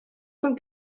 von